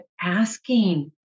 asking